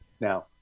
Now